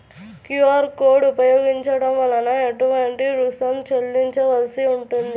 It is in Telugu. క్యూ.అర్ కోడ్ ఉపయోగించటం వలన ఏటువంటి రుసుం చెల్లించవలసి ఉంటుంది?